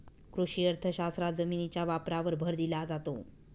कृषी अर्थशास्त्रात जमिनीच्या वापरावर भर दिला जातो